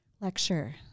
lecture